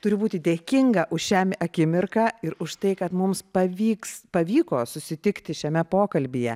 turiu būti dėkinga už šią akimirką ir už tai kad mums pavyks pavyko susitikti šiame pokalbyje